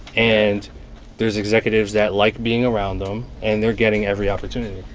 and there's executives that like being around them. and they're getting every opportunity.